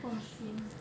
!wah! sian